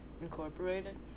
Incorporated